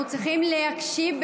אנחנו צריכים להקשיב.